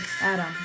Adam